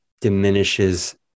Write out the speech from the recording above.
diminishes